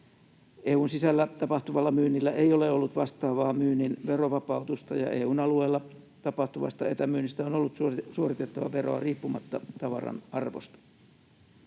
EU:n sisällä tapahtuvalla myynnillä ei ole ollut vastaavaa myynnin verovapautusta, ja EU:n alueella tapahtuvasta etämyynnistä on ollut suoritettava veroa riippumatta tavaran arvosta.